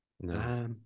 No